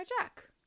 Jack